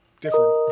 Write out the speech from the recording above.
different